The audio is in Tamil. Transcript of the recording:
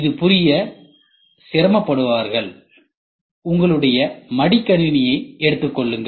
இது புரிய சிரமப்படுபவர்கள் உங்களுடைய மடிக்கணினியை எடுத்துக்கொள்ளுங்கள்